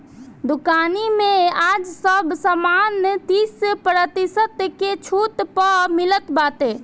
दुकानी में आज सब सामान तीस प्रतिशत के छुट पअ मिलत बाटे